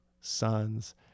sons